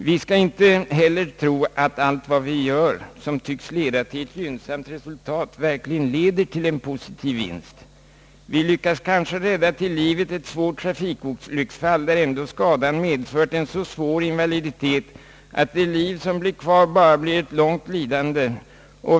Vi skall inte heller tro att allt vad vi gör, som tycks leda till ett gynnsamt resultat, verkligen leder till en positiv vinst. Vi lyckas kanske rädda till livet ett svårt trafikolycksfall, där ändå skadan medfört en så svår invaliditet att det liv som blir kvar bara blir ett långt lidande.